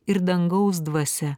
ir dangaus dvasia